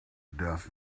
deaf